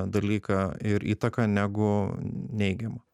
dalyką ir įtaką negu neigiamą